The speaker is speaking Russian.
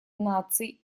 наций